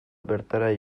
bertara